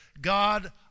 God